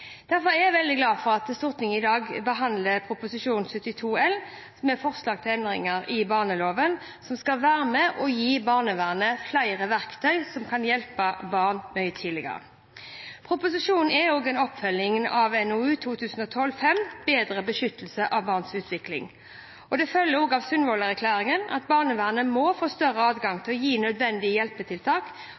Derfor er jeg veldig glad for at Stortinget i dag behandler Prop. 72 L med forslag til endringer i barneloven, som skal verne barn og gi barnevernet flere verktøy for å hjelpe barn mye tidligere. Proposisjonen er en oppfølging av NOU 2012: 5 Bedre beskyttelse av barns utvikling. Det følger også av Sundvolden-erklæringen at barnevernet må få større adgang til å gi nødvendige hjelpetiltak også uten samtykke der det er nødvendig